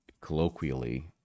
colloquially